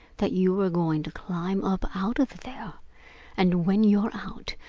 that you are going to climb up out of there, and when you're out,